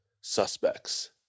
suspects